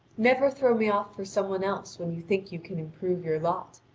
never throw me off for some one else when you think you can improve your lot.